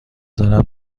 دارم